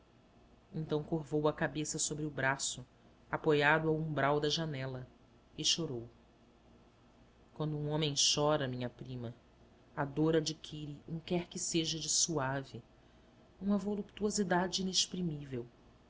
então curvou a cabeça sobre o braço apoiado ao umbral da janela e chorou quando um homem chora minha prima a dor adquire um quer que seja de suave uma voluptuosidade inexprimível